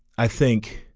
i think